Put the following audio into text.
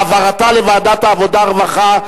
העברתה לוועדת העבודה והרווחה?